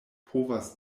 povas